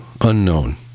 unknown